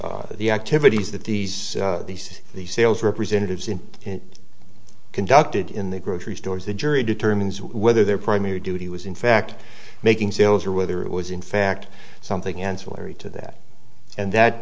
the the activities that these these these sales representatives in conducted in the grocery stores the jury determines whether their primary duty was in fact making sales or whether it was in fact something ancillary to that and that